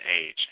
age